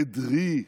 עדרי,